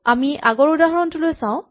আমাৰ আগৰ উদাহৰণটো লৈ চাওঁ আহাঁ